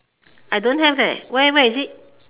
I don't have where where is it